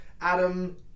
Adam